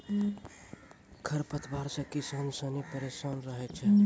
खरपतवार से किसान सनी परेशान रहै छै